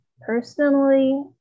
Personally